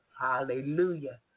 Hallelujah